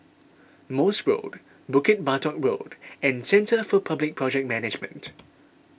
Morse Road Bukit Batok Road and Centre for Public Project Management